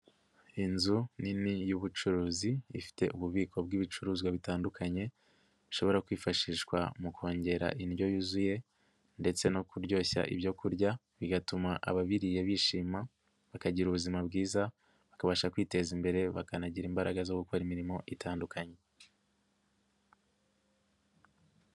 Inzu nini y'ubucuruzi, ifite ububiko bw'ibicuruzwa bitandukanye, ishobora kwifashishwa mu kongera indyo yuzuye ndetse no kuryoshya ibyo kurya, bigatuma ababiriya bishima, bakagira ubuzima bwiza, bakabasha kwiteza imbere, bakanagira imbaraga zo gukora imirimo itandukanye.